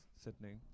Sydney